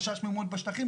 חשש ממהומות בשטחים,